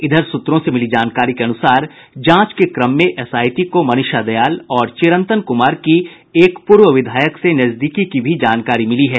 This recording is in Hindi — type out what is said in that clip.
इधर सूत्रों से मिली जानकारी के अनुसार जांच के क्रम में एसआईटी को मनीषा दयाल और चिरंतन कुमार की एक पूर्व विधायक से नजदीकी की भी जानकारी मिली है